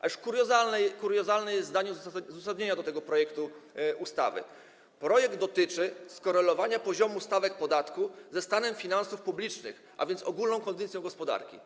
A już kuriozalne jest zdanie z uzasadnienia tego projektu ustawy: projekt dotyczy skorelowania poziomu stawek podatku ze stanem finansów publicznych, a więc ogólną kondycją gospodarki.